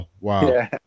Wow